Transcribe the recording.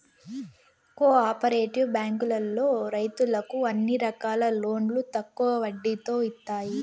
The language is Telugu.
కో ఆపరేటివ్ బ్యాంకులో రైతులకు అన్ని రకాల లోన్లు తక్కువ వడ్డీతో ఇత్తాయి